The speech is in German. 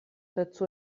dazu